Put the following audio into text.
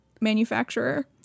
manufacturer